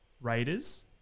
Raiders